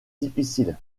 difficile